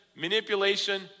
manipulation